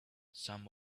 some